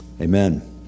Amen